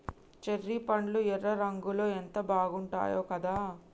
cherry పండ్లు ఎర్ర రంగులో ఎంత బాగుంటాయో కదా